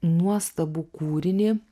nuostabų kūrinį